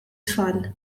tfal